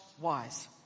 wise